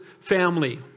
family